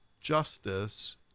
justice